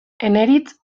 eneritz